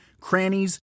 crannies